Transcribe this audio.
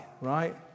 right